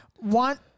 want